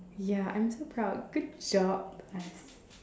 ya I'm so proud good job us